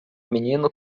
menino